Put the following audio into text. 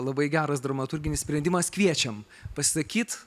labai geras dramaturginis sprendimas kviečiam pasisakyti